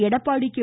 Edappadi K